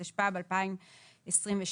התשפ"ב-2022,